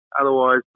Otherwise